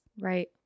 Right